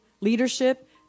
leadership